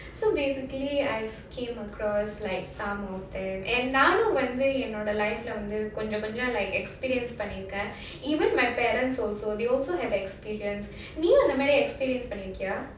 so basically I've came across like some of them and நானும் வந்து என்னோட:naanum vanthu ennoda life leh வந்து கொஞ்சோ கொஞ்சோ:vandhu konj konj like experience பண்ணிருக்கேன்:pannirukkaen even my parents also they also have experienced நீயும் அந்த மாதிரி:neeyum andha maadhiri experience பண்ணிருக்கியா:pannirukiyaa